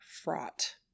fraught